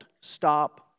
stop